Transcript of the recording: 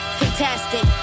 fantastic